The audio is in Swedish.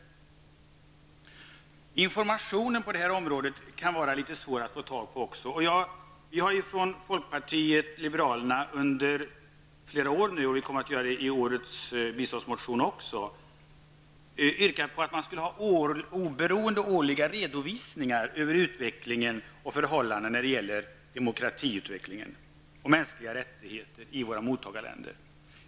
Informationen på det här området kan vara litet svår att få tag på. Från folkpartiet liberalernas sida har vi under flera år yrkat på oberoende årliga redovisningar över utvecklingen och förhållandena när det gäller demokratiutvecklingen och mänskliga rättigheter i våra mottagarländer. Detta kommer vi att yrka på också i årets biståndsmotion.